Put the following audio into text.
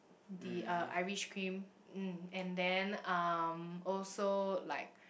the uh Irish cream mm and then um also like